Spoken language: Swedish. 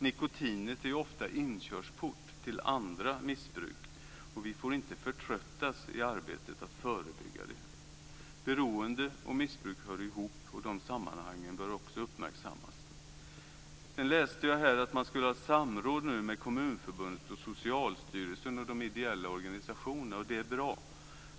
Nikotinet är ofta inkörsport till andra missbruk, och vi får inte förtröttas i arbetet att förebygga det bruket. Beroende och missbruk hör ihop, och de sammanhangen bör också uppmärksammas. Jag läste att man nu skulle ha samråd med Kommunförbundet, Socialstyrelsen och de ideella organisationerna. Det är bra.